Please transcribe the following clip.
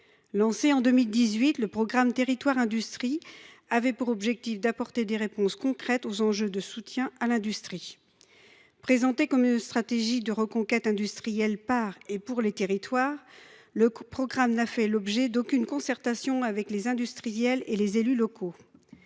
Lancé en 2018, le programme Territoires d’industrie avait pour objectif d’apporter des réponses concrètes aux enjeux de soutien à l’industrie. Présenté comme une stratégie de reconquête industrielle par et pour les territoires, le programme n’a fait l’objet d’aucune concertation avec les industriels et les élus locaux.